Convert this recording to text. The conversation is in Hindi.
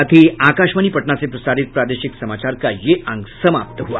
इसके साथ ही आकाशवाणी पटना से प्रसारित प्रादेशिक समाचार का ये अंक समाप्त हुआ